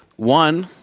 one,